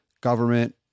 government